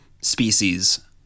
species